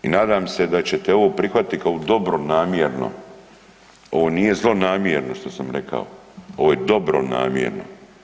I nadam se da ćete ovo prihvatiti kao dobronamjerno, ovo nije zlonamjerno kao što sam rekao, ovo je dobronamjerno.